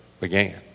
began